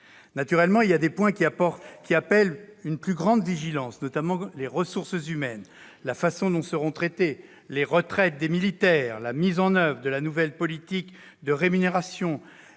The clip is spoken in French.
Naturellement, il y a des points qui appellent une plus grande vigilance, notamment concernant les ressources humaines : la façon dont seront traitées les retraites des militaires, la mise en oeuvre de la nouvelle politique de rémunération,